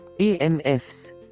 EMFs